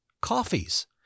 coffees